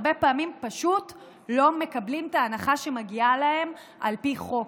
שהרבה פעמים פשוט לא מקבלים את ההנחה שמגיעה להם על פי חוק.